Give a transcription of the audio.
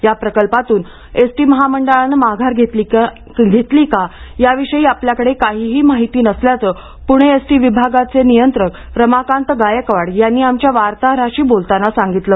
ह्या प्रकल्पातून एसटी महामंडळानं माघार घेतली का याविषयी आपल्याकडे काहीही माहिती नसल्याचं पूणे एस टी विभागाचं नियंत्रक रमाकांत गायकवाड यांनी आमच्या वार्ताहराशी बोलताना सांगितलं